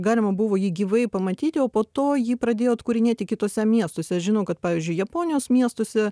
galima buvo jį gyvai pamatyti o po to jį pradėjo atkūrinėti kituose miestuose žinau kad pavyzdžiui japonijos miestuose